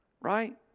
Right